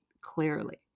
clearly